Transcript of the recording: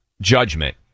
judgment